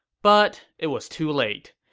but it was too late.